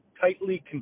tightly